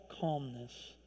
calmness